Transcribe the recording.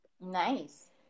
Nice